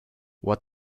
what